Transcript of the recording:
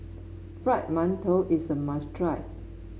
Fried Mantou is a must try